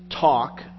talk